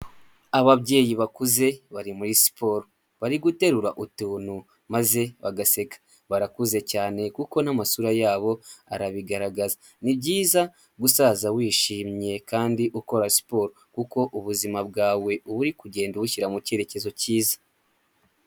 Ababyeyi bakuze bari muri siporo, bari guterura utuntu maze bagaseka, barakuze cyane kuko n'amasura yabo arabigaragaza. Ni byiza gusaza wishimye kandi ukora siporo kuko ubuzima bwawe uba uri kugenda ubushyira mu cyerekezo cyiza.